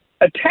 attack